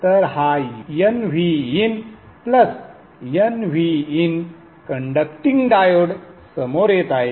तर हा nVin nVin conducting diode समोर येत आहे